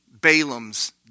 Balaam's